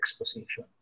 exposition